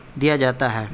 دیا جاتا ہے